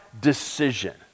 decision